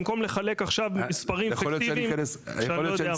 במקום לחלק עכשיו מספרים פיקטיביים שאני לא יודע מה.